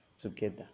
together